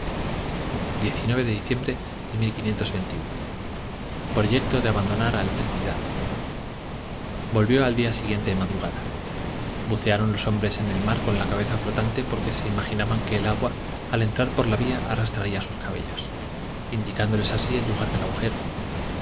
de diciembre y de abandonar al trinidad volvió al día siguiente de madrugada bucearon los hombres en el mar con la cabellera flotante porque se imaginaban que el agua al entrar por la vía arrastraría sus cabellos indicándoles así el lugar del agujero